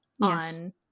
on